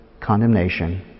condemnation